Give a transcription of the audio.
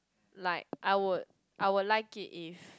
like I would I would like it if